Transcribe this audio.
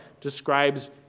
describes